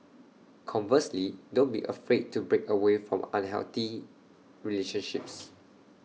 conversely don't be afraid to break away from unhealthy relationships